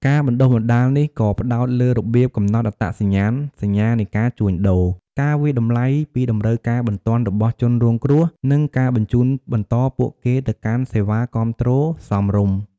ការបណ្តុះបណ្តាលនេះក៏ផ្តោតលើរបៀបកំណត់អត្តសញ្ញាណសញ្ញានៃការជួញដូរ ការវាយតម្លៃពីតម្រូវការបន្ទាន់របស់ជនរងគ្រោះ និងការបញ្ជូនបន្តពួកគេទៅកាន់សេវាគាំទ្រសមស្រប។